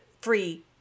free